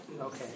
Okay